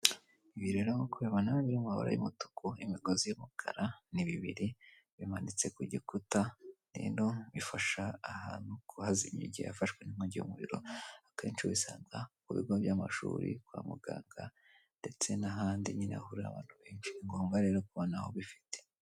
ibi rero nk'uko ubibona biri mu mabara y'umutuku, imigozi y'umukara, ni bibiri bimanitse ku gikuta. Rero bifasha ahantu kuhazimya igihe hafashwe n'inkongi y'umuriro. Akenshi ubisanga mu bigo by'amashuri, kwa muganga ndetse n'ahandi nyine hahurira abantu benshi. Ni ngombwa rero kuba nawe ubifite.